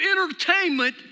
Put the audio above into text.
entertainment